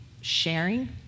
sharing